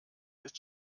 ist